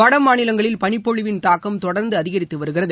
வடமாநிலங்களில பனிப்பொழிவின் தாக்கம் தொடர்ந்து அதிகரித்து வருகிறது